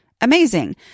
amazing